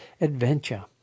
adventure